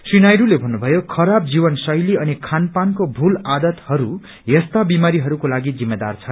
श्री नायडूले भन्नुभयो खराब जीवन शैली अनि खान पानको भूल आदतहरू यस्ता बिमारीहरूले लागि जिम्मेदार छ